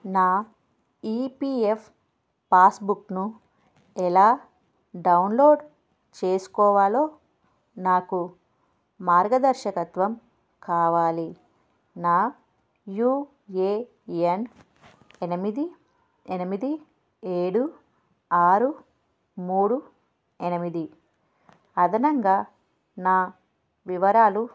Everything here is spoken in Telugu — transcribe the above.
నా ఈ పీ ఎఫ్ పాస్బుక్ను ఎలా డౌన్లోడ్ చేసుకోవాలో నాకు మార్గదర్శకత్వం కావాలి నా యూ ఏ ఎన్ ఎనిమిది ఎనిమిది ఏడు ఆరు మూడు ఎనిమిది అదనంగా నా వివరాలు